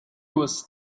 was